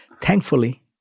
Thankfully